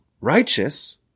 righteous